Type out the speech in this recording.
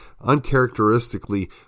uncharacteristically